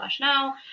now